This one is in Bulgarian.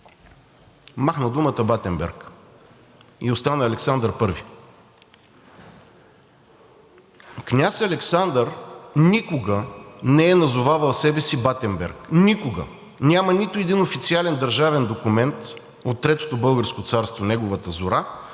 махна думата Батенберг и остана „Александър I“. Княз Александър никога не е назовавал себе си Батенберг – никога. Няма нито един официален държавен документ от Третото българско царство – неговата зора,